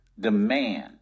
Demand